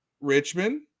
Richmond